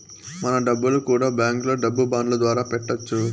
మన డబ్బులు కూడా బ్యాంకులో డబ్బు బాండ్ల ద్వారా పెట్టొచ్చు